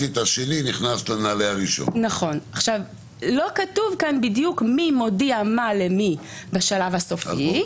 לא כתוב כאן בדיוק מי מודיע מה ולמי בשלב הסופי.